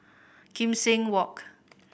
Kim Seng Walk